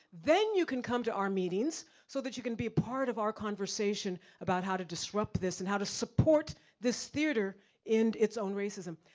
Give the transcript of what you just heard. then you can come to our meetings, so that you can be a part of our conversation about how to disrupt this and how to support this theater end its own racism.